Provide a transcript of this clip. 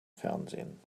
fernsehen